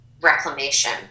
reclamation